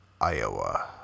Iowa